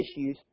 issues